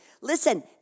listen